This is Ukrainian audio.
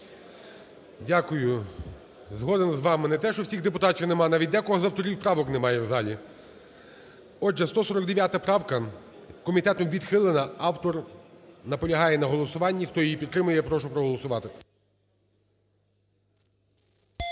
Дякую. Згоден з вами. Не те, що всіх депутатів нема, навіть декого з авторів правок немає в залі. Отже, 149 правка комітетом відхилена. Автор наполягає на голосуванні. Хто її підтримує, я прошу проголосувати.